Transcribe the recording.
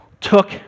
took